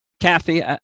Kathy